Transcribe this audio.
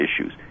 issues